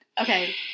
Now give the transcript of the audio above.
okay